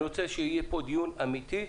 אני רוצה שיהיה פה דיון אמיתי.